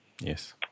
Yes